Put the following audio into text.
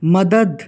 مدد